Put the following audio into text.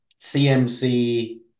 CMC